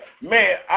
Man